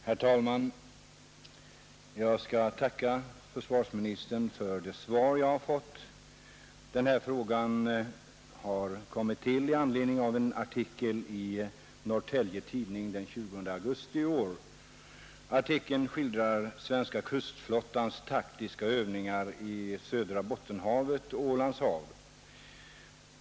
Herr talman! Jag tackar försvarsministern för det svar jag har fått. Den här frågan har kommit till med anledning av en artikel i Norrtelje Tidning den 20 augusti i år. Artikeln skildrar svenska kustflottans taktiska övningar i södra Bottenhavet och Ålands hav.